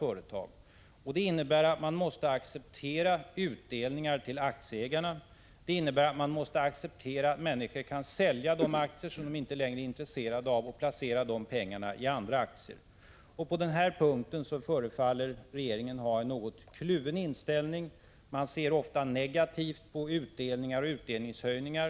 Det innebär att man måste acceptera utdelningar till aktieägarna, att man måste acceptera att människor kan sälja de aktier som de inte längre är intresserade av och placera pengarna i andra aktier. På den punkten förefaller regeringen ha en något kluven inställning. Regeringen ser ofta negativt på utdelningar och utdelningshöjningar.